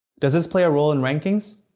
does this play a role in rankings?